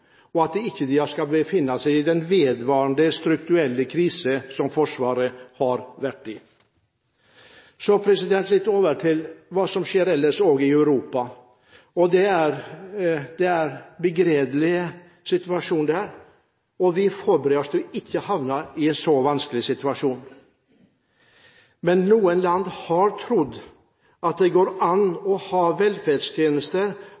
at det ikke skal befinne seg i en vedvarende strukturell krise, som Forsvaret har vært i. Så litt om hva som skjer ellers i Europa: Det er en begredelig situasjon der, og vi forbereder oss for ikke å havne i en så vanskelig situasjon. Men noen land har trodd at det går